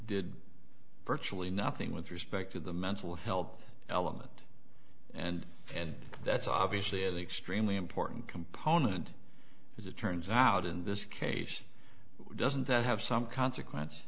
did virtually nothing with respect to the mental health element and that's obviously extremely important component as it turns out in this case doesn't that have some consequence